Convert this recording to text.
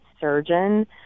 surgeon